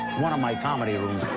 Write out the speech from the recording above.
one of my comedy rooms.